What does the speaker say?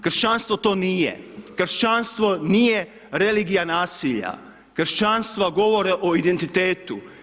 Kršćanstvo to nije, kršćanstvo nije religija nasilja, kršćanstva govore o identitetu.